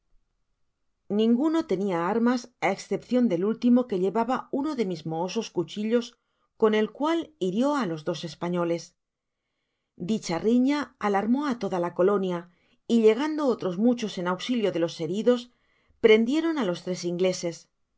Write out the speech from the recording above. ninguno tenia armas á escepcion del último que llevaba uno de mis mohosos cuchillos con el cual hirió á los dos espadoles dicha riüa alarmó á toda la colonia y llegando otros muchos en auxilio de los heridos prendieron á los tres ingleses en